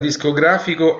discografico